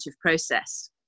process